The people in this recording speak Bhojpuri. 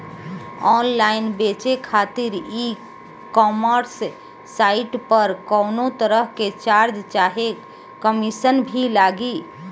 ऑनलाइन बेचे खातिर ई कॉमर्स साइट पर कौनोतरह के चार्ज चाहे कमीशन भी लागी?